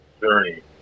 journey